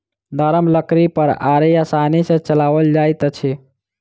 नरम लकड़ी पर आरी आसानी सॅ चलाओल जाइत अछि